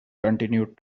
continued